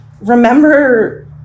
remember